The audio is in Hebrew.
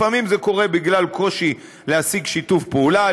לפעמים זה קורה בגלל קושי להשיג שיתוף פעולה,